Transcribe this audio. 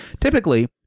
Typically